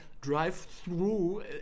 drive-through